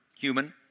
human